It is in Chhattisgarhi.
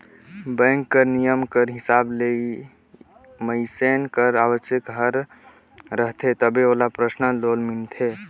बेंक कर नियम कर हिसाब ले मइनसे कर आवक हर रहथे तबे ओला परसनल लोन मिलथे